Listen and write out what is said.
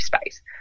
space